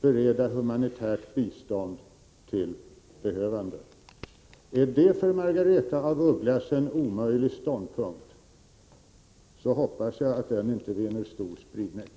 bereda humanitärt bistånd till behövande. Är detta för Margaretha af Ugglas en omöjlig ståndpunkt hoppas jag att hennes uppfattning inte vinner någon stor spridning.